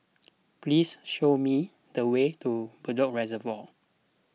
please show me the way to Bedok Reservoir